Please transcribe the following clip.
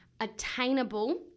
attainable